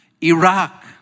Iraq